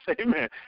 amen